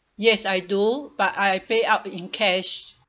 yes I do but I pay up in cash